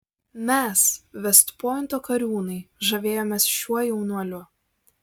mes vest pointo kariūnai žavėjomės šiuo jaunuoliu